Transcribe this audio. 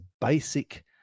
basic